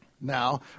Now